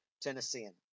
Tennessean